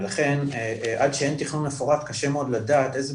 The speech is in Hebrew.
ולכן עד שאין תכנון מפורט קשה מאוד לדעת איזה